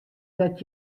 dat